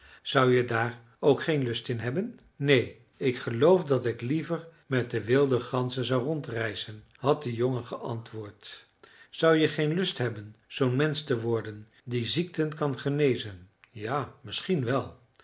zou je daar ook geen lust in hebben neen ik geloof dat ik liever met de wilde ganzen zou rondreizen had den jongen geantwoord zou je geen lust hebben zoo'n mensch te worden die ziekten kan genezen ja misschien wel